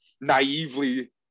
naively